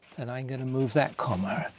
then i'm gonna move that comma,